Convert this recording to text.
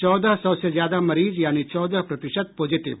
चौदह सौ से ज्यादा मरीज यानि चौदह प्रतिशत पॉजिटिव